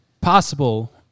possible